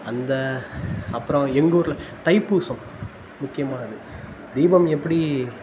அந்த அப்புறம் எங்கள் ஊரில் தைப்பூசம் முக்கியமாக அது தீபம் எப்படி